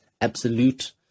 absolute